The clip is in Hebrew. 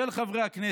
של חברי הכנסת.